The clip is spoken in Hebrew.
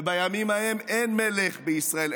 ובימים האלה אין מלך בישראל,